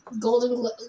golden